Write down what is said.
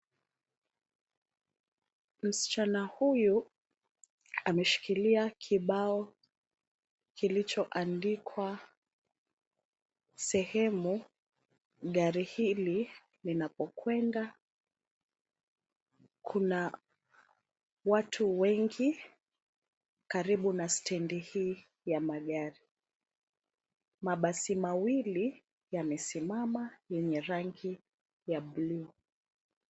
Msichana huyu ameshikilia kibao kilichoandikwa sehemu gari hili linapokwenda. Kuna watu wengi karibu na stendi hii ya magari. Mabasi mawili yamesimama yenye rangi ya bluu.